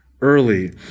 early